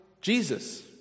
Jesus